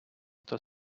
хто